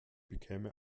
bekäme